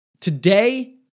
today